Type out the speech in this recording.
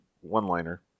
one-liner